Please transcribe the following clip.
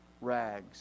rags